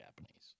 Japanese